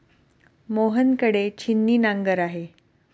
मोहन कडे छिन्नी नांगर आहे